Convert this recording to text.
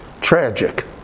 tragic